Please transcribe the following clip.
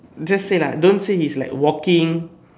just say lah don't say he's like walking